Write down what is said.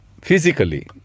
physically